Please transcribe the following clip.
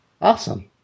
Awesome